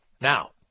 Now